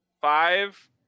five